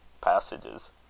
passages